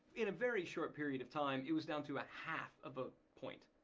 in a very short period of time, it was down to a half of a point.